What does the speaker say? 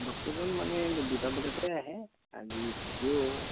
ডক্টৰজন মানে দুটা বজাতে আহে আজি তেওঁ